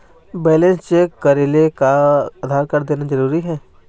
Balance check करेले का Aadhaar card देना जरूरी हे?